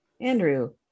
Andrew